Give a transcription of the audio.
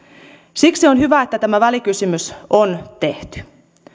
siksi on hyvä että tämä välikysymys on tehty